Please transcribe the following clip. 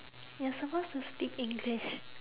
you're supposed to speak english